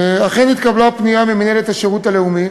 אכן התקבלה פנייה ממינהלת השירות הלאומי